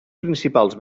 principals